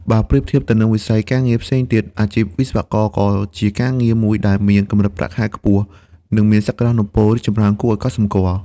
បើប្រៀបធៀបទៅនឹងវិស័យការងារផ្សេងៗទៀត អាជីពវិស្វករក៏ជាការងារមួយដែលមាន កម្រិតប្រាក់ខែខ្ពស់ និងមានសក្ដានុពលរីកចម្រើនគួរឱ្យកត់សម្គាល់។